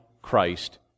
Christ